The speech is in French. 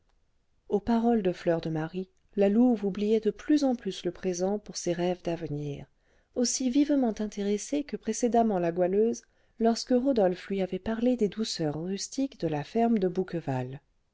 aux paroles de fleur de marie la louve oubliait de plus en plus le présent pour ces rêves d'avenir aussi vivement intéressée que précédemment la goualeuse lorsque rodolphe lui avait parlé des douceurs rustiques de la ferme de bouqueval